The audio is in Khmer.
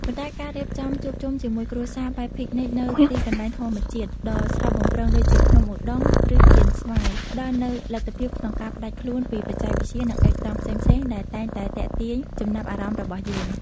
ប៉ុន្តែការរៀបចំជួបជុំជាមួយគ្រួសារបែបពិកនិចនៅទីកន្លែងធម្មជាតិដ៏ស្រស់បំព្រងដូចជាភ្នំឧដុង្គ ឬកៀនស្វាយ ផ្តល់នូវលទ្ធភាពក្នុងការផ្តាច់ខ្លួនពីបច្ចេកវិទ្យានិងអេក្រង់ផ្សេងៗដែលតែងតែទាក់ទាញចំណាប់អារម្មណ៍របស់យើង។